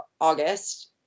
August